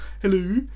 hello